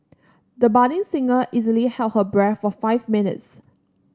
the budding singer easily held her breath for five minutes